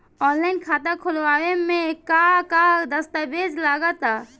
Online खाता खूलावे म का का दस्तावेज लगा ता?